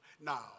Now